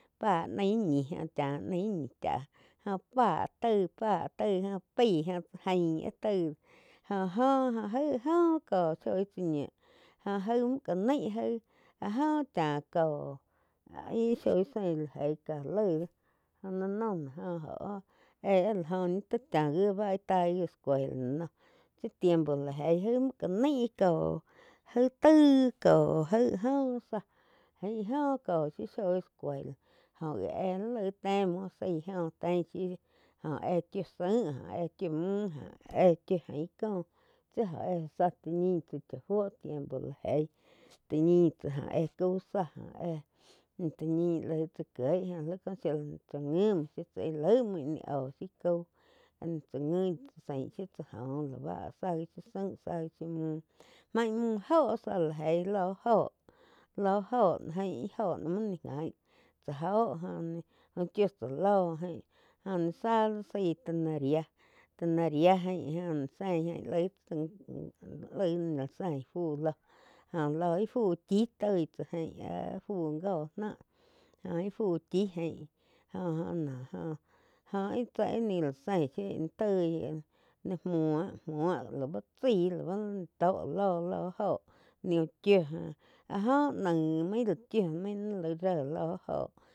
Pá nain ñi joh chá nain ñi cháh joh pá taig, pá taig jó paig óh cha jain áh taij óh joh aig áh joh có shoi tsá ñiu joh jai mu ca naig jái áh joh chá kóh íh shoí zein la jéi cá laig doh jo la no ná jo éh áh la joh ñi ti cha gi bá taí escuela tsi tiempo la jeí jaí mú cá naí có aig taij có. Aíg áh joh záh jaín áh jo có shiu shoi escuela jóh gi éh laig te muo zaih jo tein shiu jo éh chiu zain jó éh chiu mún jó éh chiu ji ko tsi óh éh záh tá ñi tsá cha fuo tiempo la jeíg ti ñi tsá jo éh cau záh jo éh tá ñi lai tsá kieg jo li có la tsá ngui muo tsá íh laum muo ih ni óh shiu cau áh ni tsá guin zain shiu tsá joh záh gi shiu zain tsá zá gui shiu mú tsáh main mún joh zá la jeí lo óho-lo óho ain mu ni jain tsá óho úh chiu tsá loh jai óh ni zá áh zaí canaria. Canaria ain joh náh zein jain laig, laig ja la zein fu loh joh ló ih fu chi toi tsá jain áh fu goh náh joh íh fu chi jain joh-joh naum joh íh tsá íh ni gá la zein toi muo muoh lá bá chái la ba to lo-lo joh ni uh chiu áh jo nain main la chiu main naih lai ré looh óho.